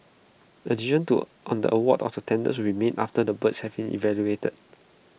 A decision to on the award of the tenders will be made after the bids have been evaluated